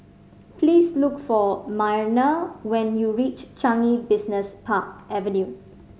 please look for Myrna when you reach Changi Business Park Avenue